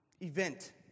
event